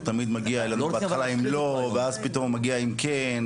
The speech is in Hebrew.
הוא תמיד מגיע אלינו בהתחלה עם לא ואז פתאום הוא מגיע עם כן,